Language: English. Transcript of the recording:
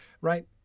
right